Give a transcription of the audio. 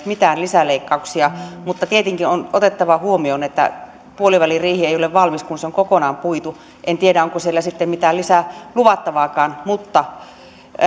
mitään lisäleikkauksia mutta tietenkin on otettava huomioon että puoliväliriihi ei ole valmis ennen kuin se on kokonaan puitu en tiedä onko siellä mitään lisää luvattavaakaan mutta